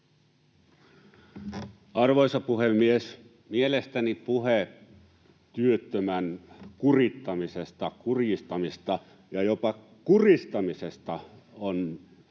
Arvoisa puhemies! Mielestäni puhe työttömän kurittamisesta, kurjistamisesta ja jopa kuristamisesta on liian